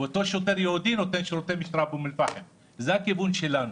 ואותו שוטר יהודי נותן שירותי משטרה באום אל פאחם זה הכיוון שלנו.